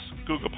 Google